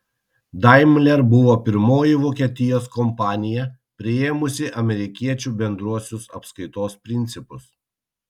daimler buvo pirmoji vokietijos kompanija priėmusi amerikiečių bendruosius apskaitos principus